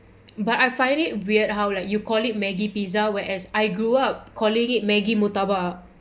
but I find it weird how like you call it maggie pizza whereas I grew up calling it maggie murtabak